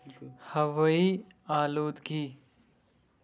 ہوٲیی آلوٗدگی